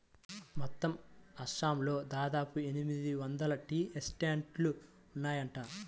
మొత్తం అస్సాంలో దాదాపు ఎనిమిది వందల టీ ఎస్టేట్లు ఉన్నాయట